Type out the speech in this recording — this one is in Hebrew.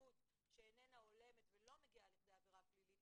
להתנהגות שאיננה הולמת ולא מגיע לכדי עבירה פלילית